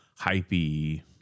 hypey